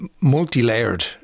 multi-layered